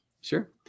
Sure